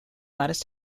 lattice